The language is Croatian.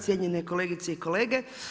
Cijenjene kolegice i kolege.